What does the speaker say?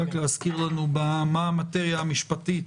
רק להזכיר לנו מה המאטריה המשפטית